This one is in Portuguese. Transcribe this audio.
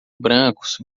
brancos